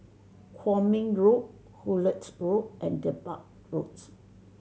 Kwong Min Road Hullet Road and Dedap Roads